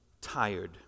Tired